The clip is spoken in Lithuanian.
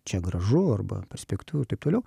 čia gražu arba perspektyvu ir taip toliau